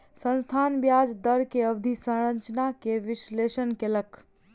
संस्थान ब्याज दर के अवधि संरचना के विश्लेषण कयलक